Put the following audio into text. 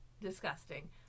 Disgusting